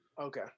Okay